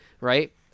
right